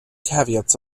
caveats